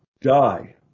die